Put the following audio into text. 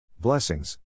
Blessings